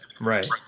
Right